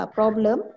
problem